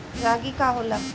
रागी का होला?